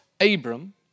Abram